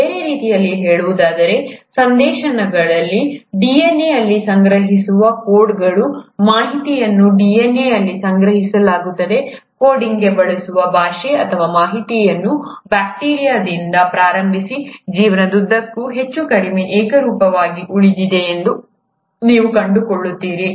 ಬೇರೆ ರೀತಿಯಲ್ಲಿ ಹೇಳುವುದಾದರೆ ಸಂದೇಶಗಳನ್ನು DNA ಅಲ್ಲಿ ಸಂಗ್ರಹಿಸುವ ಕೋಡ್ಗಳು ಮಾಹಿತಿಯನ್ನು DNA ಅಲ್ಲಿ ಸಂಗ್ರಹಿಸಲಾಗುತ್ತದೆ ಕೋಡಿಂಗ್ಗೆ ಬಳಸುವ ಭಾಷೆ ಅಥವಾ ಮಾಹಿತಿಯು ಬ್ಯಾಕ್ಟೀರಿಯಾದಿಂದ ಪ್ರಾರಂಭಿಸಿ ಜೀವನದುದ್ದಕ್ಕೂ ಹೆಚ್ಚು ಕಡಿಮೆ ಏಕರೂಪವಾಗಿ ಉಳಿದಿದೆ ಎಂದು ನೀವು ಕಂಡುಕೊಳ್ಳುತ್ತೀರಿ